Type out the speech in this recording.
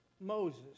Moses